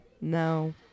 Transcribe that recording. No